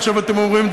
עכשיו אתם אומרים,